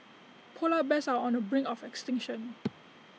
Polar Bears are on the brink of extinction